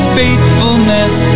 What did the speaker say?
faithfulness